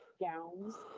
gowns